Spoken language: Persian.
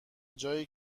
جایی